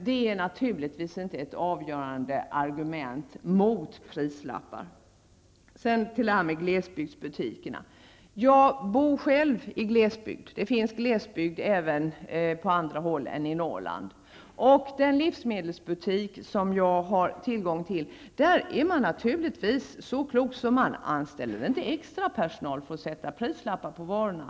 Detta är naturligtvis inte ett avgörande argument mot prislappar. Något om glesbygdsbutikerna. Jag bor själv i glesbygd. Det finns glesbygd även på andra håll än i Norrland. I den livsmedelsbutik som jag har tillgång till är man naturligtvis så klok att man inte anställer extrapersonal för att sätta prislappar på varorna.